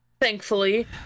thankfully